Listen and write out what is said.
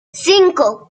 cinco